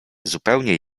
zupełnie